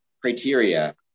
criteria